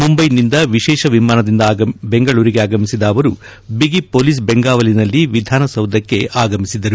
ಮುಂಬೈಯಿಂದ ವಿಶೇಷ ವಿಮಾನದಿಂದ ಬೆಂಗಳೂರಿಗೆ ಆಗಮಿಸಿದ ಅವರು ಬಿಗಿ ಪೊಲೀಸ್ ಬೆಂಗಾವಲಿನಲ್ಲಿ ವಿಧಾನಸೌಧಕ್ಷೆ ಆಗಮಿಸಿದರು